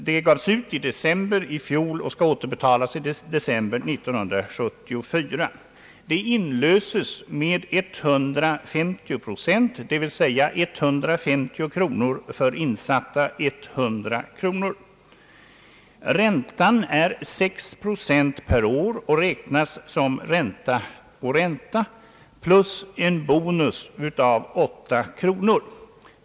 Det gavs ut i december i fjol och skall återbetalas i december 1974. Det inlöses med 150 procent, dvs. med 150 kronor för insatta 100 kronor. Räntan är 6 procent per år och räknas som ränta på ränta plus en bonus på 8 kronor.